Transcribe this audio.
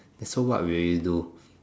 so what would you do